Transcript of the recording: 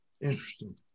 Interesting